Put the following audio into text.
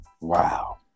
Wow